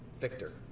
Victor